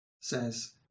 says